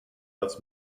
als